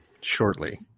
shortly